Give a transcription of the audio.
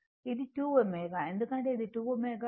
ఇది 2 ω ఎందుకంటే ఇది 2 ω